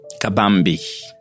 Kabambi